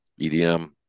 edm